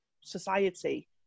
society